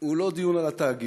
הוא לא דיון על התאגיד.